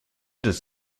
des